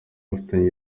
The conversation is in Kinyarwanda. bafitanye